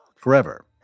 forever